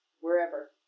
wherever